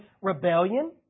rebellion